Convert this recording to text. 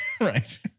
Right